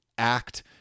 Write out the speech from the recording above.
act